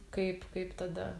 kaip kaip tada